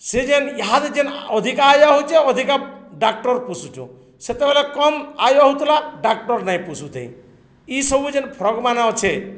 ସେ ଯେନ୍ ହା ଯେ ଯେନ୍ ଅଧିକା ଆୟ ହଉଛେ ଅଧିକା ଡ଼ାକ୍ଟର୍ ପୋଷୁଛୁ ସେତେବେଲେ କମ୍ ଆୟ ହେଉଥିଲା ଡ଼ାକ୍ଟର୍ ନାଇଁ ପୋଷୁଥେ ଇସବୁ ଯେନ୍ ଫରକମାନେ ଅଛେ